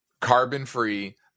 carbon-free